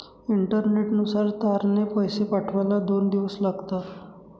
इंटरनेटनुसार तारने पैसे पाठवायला दोन दिवस लागतात